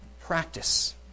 practice